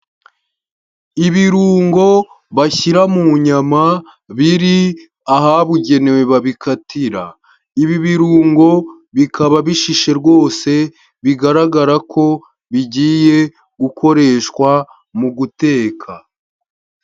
Ibirungo bashyira mu nyama biri ahabugenewe babikatira, ibi birungo bikaba bishishe rwose bigaragara ko bigiye gukoreshwa mu guteka.